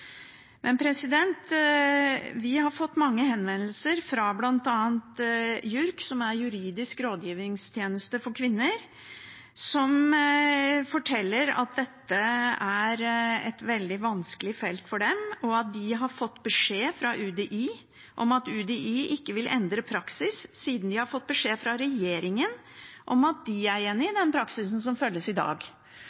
Vi har fått mange henvendelser fra bl.a. JURK – Juridisk Rådgivning for Kvinner – som forteller at dette er et veldig vanskelig felt for dem, og at de har fått beskjed fra UDI om at UDI ikke vil endre praksis siden de har fått beskjed fra regjeringen om at de er enig i